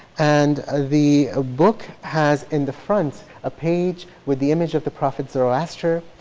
and ah the ah book has in the front a page with the image of the prophet zoroaster,